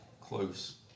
close